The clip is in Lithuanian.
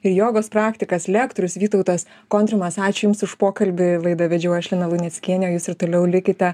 ir jogos praktikas lektorius vytautas kontrimas ačiū jums už pokalbių laidą vedžiau aš lina luneckienė jūs ir toliau likite